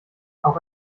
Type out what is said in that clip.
auch